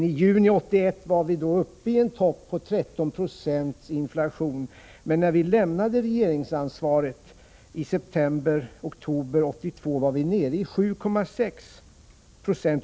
I juni 1981 var vi uppe i en topp på 13 96 i inflation, men när vi lämnade regeringsansvaret i september-oktober 1982 var vi nerei7,6 20.